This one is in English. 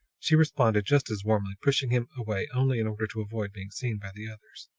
she responded just as warmly, pushing him away only in order to avoid being seen by the others.